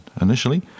initially